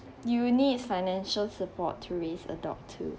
you need financial support to raise a dog too